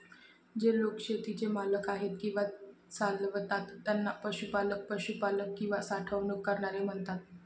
जे लोक शेतीचे मालक आहेत किंवा चालवतात त्यांना पशुपालक, पशुपालक किंवा साठवणूक करणारे म्हणतात